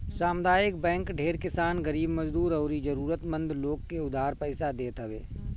सामुदायिक बैंक ढेर किसान, गरीब मजदूर अउरी जरुरत मंद लोग के उधार पईसा देत हवे